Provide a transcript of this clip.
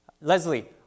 Leslie